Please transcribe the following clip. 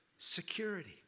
Security